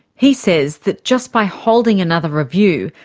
he says that just by holding another review,